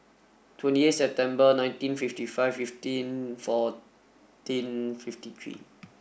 twenty eight September nineteen fifty five fifteen fourteen fifty three